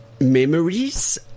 memories